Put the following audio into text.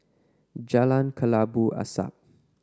Jalan Kelabu Asap